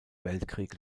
weltkrieg